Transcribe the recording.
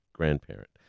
grandparent